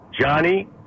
Johnny